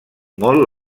molt